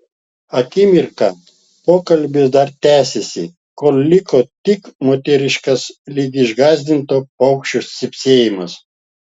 akimirką pokalbis dar tęsėsi kol liko tik moteriškas lyg išgąsdinto paukščio cypsėjimas